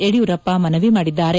ಯಡಿಯೂರಪ್ಪ ಮನವಿ ಮಾಡಿದ್ದಾರೆ